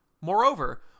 Moreover